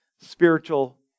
spiritual